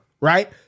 right